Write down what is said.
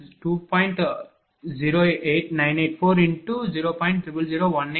089840